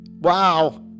wow